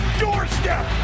doorstep